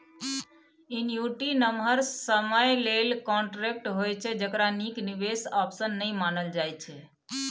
annuity नमहर समय लेल कांट्रेक्ट होइ छै जकरा नीक निबेश आप्शन नहि मानल जाइ छै